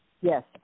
Yes